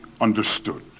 understood